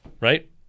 Right